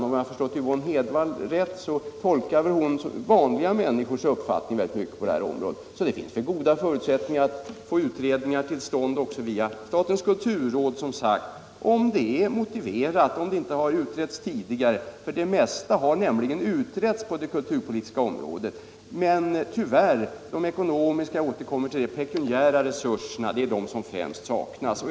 Om jag har förstått Yvonne Hedvall rätt, så tolkar hon vanliga människors uppfattning på det här området, så det finns väl goda förutsättningar att få utredningar till stånd också via statens kulturråd, om det är motiverat och om frågorna inte har utretts tidigare. Det mesta har nämligen utretts på det kulturpolitiska området. Men tyvärr — jag återkommer till det — är det främst de ekonomiska resurserna som alltjämt är för små.